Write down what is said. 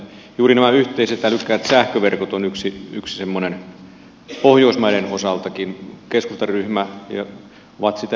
juuri nämä yhteiset älykkäät sähköverkot ovat yksi semmoinen pohjoismaiden osaltakin keskustan ryhmä on sitä esittänyt